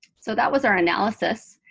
so that was our analysis.